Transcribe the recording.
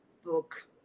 book